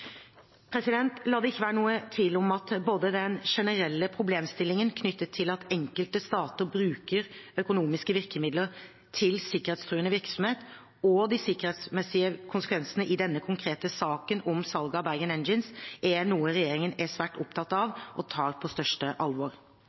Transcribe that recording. La det ikke være noen tvil om at både den generelle problemstillingen knyttet til at enkelte stater bruker økonomiske virkemidler til sikkerhetstruende virksomhet og de sikkerhetsmessige konsekvensene i denne konkrete saken om salg av Bergen Engines er noe regjeringen er svært opptatt av, og tar på største alvor.